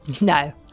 No